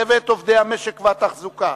צוות עובדי המשק והתחזוקה,